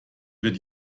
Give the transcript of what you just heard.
wird